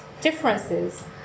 differences